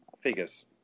figures